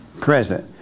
present